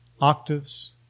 octaves